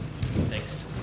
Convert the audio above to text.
Thanks